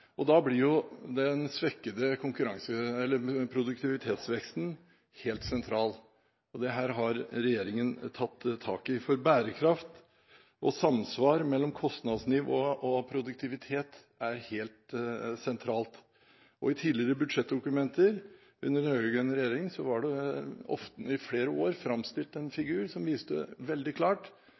Da blir den svekkede produktivitetsveksten helt sentral. Dette har regjeringen tatt tak i, for bærekraft og samsvar mellom kostnadsnivå og produktivitet er helt sentralt. I tidligere budsjettdokumenter, under den rød-grønne regjeringen, ble det i flere år framstilt en figur som viste veldig klart